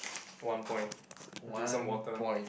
one point drink some water